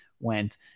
went